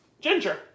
Ginger